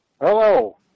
Hello